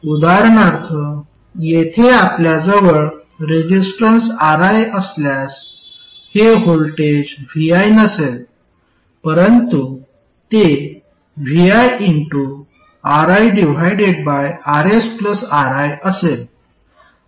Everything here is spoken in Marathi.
उदाहरणार्थ येथे आपल्या जवळ रेसिस्टन्स Ri असल्यास हे व्होल्टेज vi नसेल परंतु ते viRiRsRi असेल